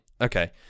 Okay